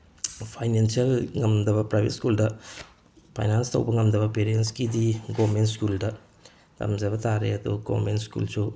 financial ꯉꯝꯗꯕ private ꯁ꯭ꯀꯨꯜꯗ finance ꯇꯧꯕ ꯉꯝꯗꯕ ꯄꯦꯔꯦꯟꯁꯀꯤꯗꯤ ꯒꯣꯚꯔꯟꯃꯦꯟꯠ ꯁ꯭ꯀꯜꯗ ꯇꯝꯖꯕ ꯇꯥꯔꯦ ꯑꯗꯣ ꯒꯣꯚꯔꯟꯃꯦꯟꯠ ꯁ꯭ꯀꯜꯁꯨ